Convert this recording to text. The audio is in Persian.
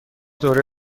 دوره